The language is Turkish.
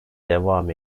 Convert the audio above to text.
devam